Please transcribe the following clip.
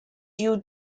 due